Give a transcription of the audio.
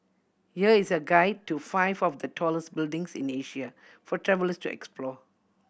here is a guide to five of the tallest buildings in Asia for travellers to explore